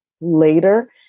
later